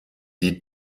die